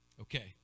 Okay